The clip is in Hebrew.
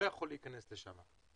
לא יכול להיכנס לשם.